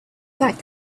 fact